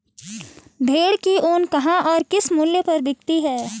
भेड़ की ऊन कहाँ और किस मूल्य पर बिकती है?